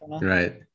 Right